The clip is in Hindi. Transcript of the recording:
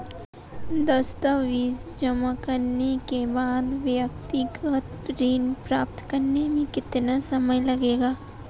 दस्तावेज़ जमा करने के बाद व्यक्तिगत ऋण प्राप्त करने में कितना समय लगेगा?